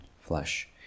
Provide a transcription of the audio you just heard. flesh